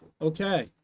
okay